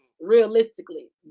realistically